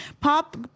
Pop